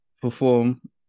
perform